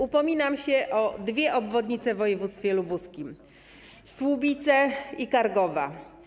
Upominam się o dwie obwodnice w województwie lubuskim: Słubice i Kargowa.